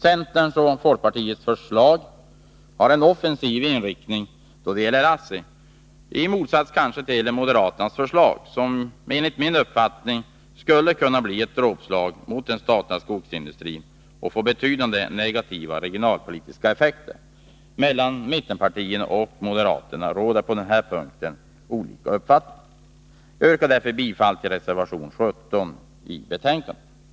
Centerns — och folkpartiets — förslag har en offensiv inriktning då det gäller ASSI i motsats till moderaternas förslag, som enligt min uppfattning skulle kunna bli ett dråpslag mot den statliga skogsindustrin och få betydande negativa regionalpolitiska effekter. Mittenpartierna och moderaterna har på den här punkten olika uppfattningar. Jag yrkar därför bifall till reservation 17 i betänkandet. Herr talman!